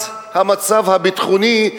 אז המצב הביטחוני,